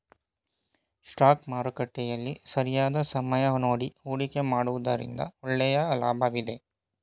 stock ಮಾರುಕಟ್ಟೆಯಲ್ಲಿ ಸರಿಯಾದ ಸಮಯ ನೋಡಿ ಹೂಡಿಕೆ ಮಾಡುವುದರಿಂದ ಒಳ್ಳೆಯ ಲಾಭವಿದೆ